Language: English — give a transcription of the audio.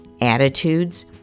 attitudes